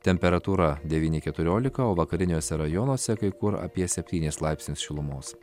temperatūra devyni keturiolika o vakariniuose rajonuose kai kur apie septynis laipsnius šilumos